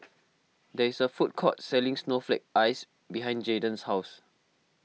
there is a food court selling Snowflake Ice behind Jaiden's house